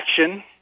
action